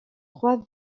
trois